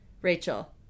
Rachel